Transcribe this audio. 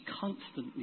constantly